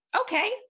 okay